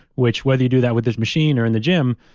which, whether you do that with this machine or in the gym,